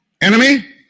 Enemy